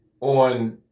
on